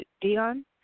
Dion